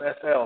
SL